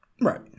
Right